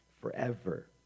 forever